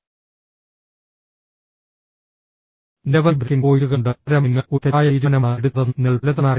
നിരവധി ബ്രേക്കിംഗ് പോയിന്റുകൾ ഉണ്ട് പകരം നിങ്ങൾ ഒരു തെറ്റായ തീരുമാനമാണ് എടുത്തതെന്ന് നിങ്ങൾ പലതവണ കരുതി